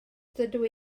dydw